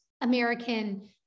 American